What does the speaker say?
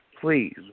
please